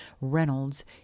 Reynolds